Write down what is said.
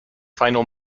final